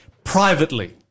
Privately